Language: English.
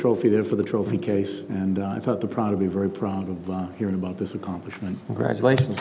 trophy there for the trophy case and i thought the proud to be very proud of hearing about this accomplishment graduat